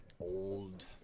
old